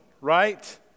right